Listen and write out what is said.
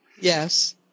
Yes